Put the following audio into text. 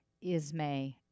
Ismay